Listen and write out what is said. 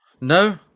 no